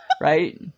right